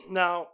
now